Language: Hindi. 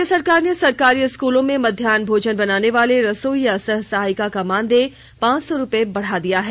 राज्य सरकार ने सरकारी स्कूलों में मध्याहन भोजन बनाने वाले रसोइया सह सहायिका का मानदेय पांच सौ रुपए बढ़ा दिया है